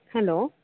hello